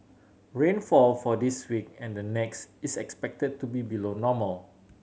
rainfall for this week and the next is expected to be below normal